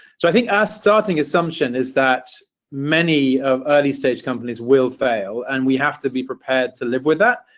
so i think our starting assumption is that many of early stage companies will fail and we have to be prepared to live with that.